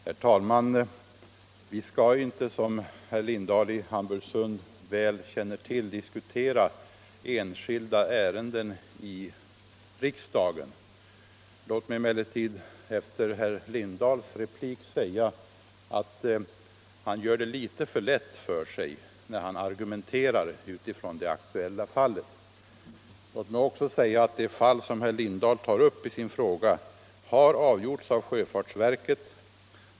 Herr talman! Vi skall inte, som herr Lindahl i Hamburgsund känner väl till, diskutera enskilda ärenden i riksdagen. Låt mig emellertid efter herr Lindahls replik säga att han gör det litet för lätt för sig när han argumenterar utifrån det aktuella fallet. Det fall som herr Lindahl tar upp i sin fråga har avgjorts av sjöfartsverket.